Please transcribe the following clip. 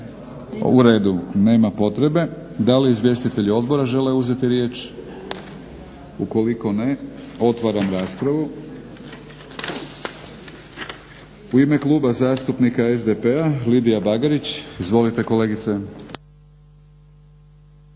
U redu, nema potrebe. Da li izvjestitelji odbora žele uzeti riječ? Ukoliko ne, otvaram raspravu. U ime Kluba zastupnika SDP-a, Lidija Bagarić. Izvolite kolegice.